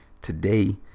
Today